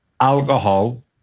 alcohol